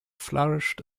flourished